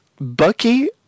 Bucky